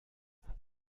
the